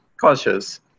cautious